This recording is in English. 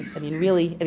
i mean really,